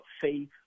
faith